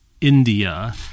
India